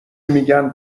میگن